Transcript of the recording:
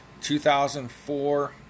2004